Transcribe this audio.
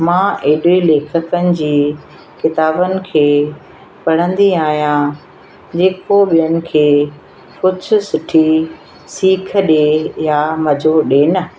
मां एॾे लेखकनि जी किताबनि खे पढ़ंदी हिआयां जेको ॿियनि खे कुझु सुठी सीख ॾिए या मज़ो ॾिए न